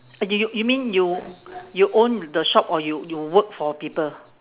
you you you mean you you own the shop or you you work for people